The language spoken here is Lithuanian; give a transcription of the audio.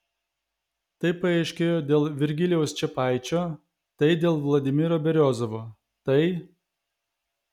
tai paaiškėjo dėl virgilijaus čepaičio tai dėl vladimiro beriozovo tai